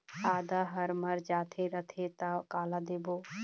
आदा हर मर जाथे रथे त काला देबो?